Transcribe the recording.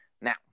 Now